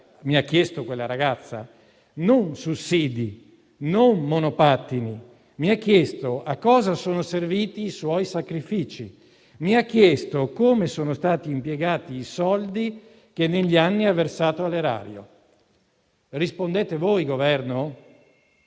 mi ha chiesto quella ragazza? Non sussidi, non monopattini, ma a cosa sono serviti i suoi sacrifici. Mi ha chiesto come sono stati impiegati i soldi che negli anni ha versato all'erario. Rispondete voi del Governo?